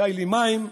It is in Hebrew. זכאי למים,